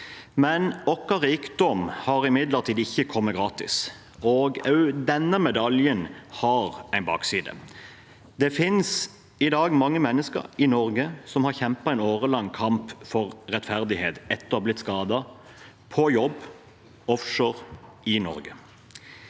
imidlertid ikke kommet gratis. Også denne medaljen har en bakside. Det finnes i dag mange mennesker i Norge som har kjempet en årelang kamp for rettferdighet etter å ha blitt skadet på jobb offshore i Norge.